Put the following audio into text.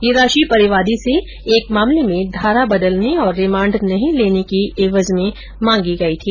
ये राशि परिवादी से एक मामले में धारा बदलने और रिमांड नहीं लेने की एवज में मांगी गई थी